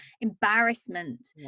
embarrassment